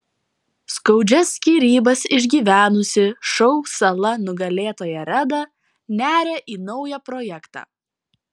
skaudžias skyrybas išgyvenusi šou sala nugalėtoja reda neria į naują projektą